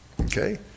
Okay